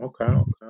Okay